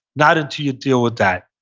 not until you deal with that,